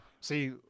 See